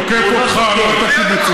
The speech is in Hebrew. לא, אני תוקף אותך, לא את הקיבוצים.